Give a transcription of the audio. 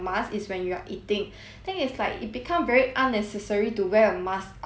thing is like it became very unnecessary to wear a mask out then it uh sorry is